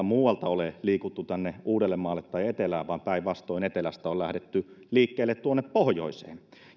muualta ole liikuttu tänne uudellemaalle tai etelään vaan päinvastoin etelästä on lähdetty liikkeelle tuonne pohjoiseen